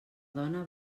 dona